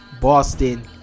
Boston